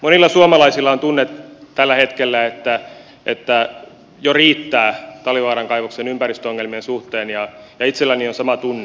monilla suomalaisilla on tällä hetkellä tunne että jo riittää talvivaaran kaivoksen ympäristöongelmien suhteen ja itselläni on sama tunne